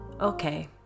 Okay